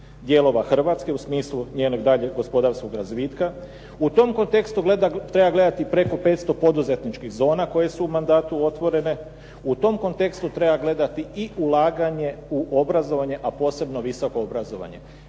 dijelova Hrvatske u smislu njenog daljnjeg gospodarskog razvitka. U tom kontekstu treba gledati preko 500 poduzetničkih zona koje su u mandatu otvorene, u tom kontekstu treba gledati i ulaganje u obrazovanje a posebno visoko obrazovanje.